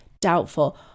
doubtful